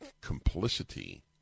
complicity